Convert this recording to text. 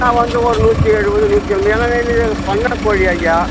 நான் வந்து ஒரு நூற்றி எழுபது நூற்றி எண்பது ஏன்னா இது பண்ண கோழி ஐயா